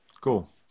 Cool